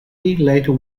later